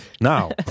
Now